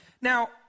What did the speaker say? Now